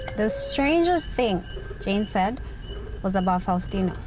the strangest thing jane said was about faustino.